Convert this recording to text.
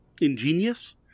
Ingenious